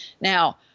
Now